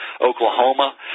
Oklahoma